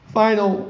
final